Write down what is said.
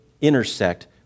intersect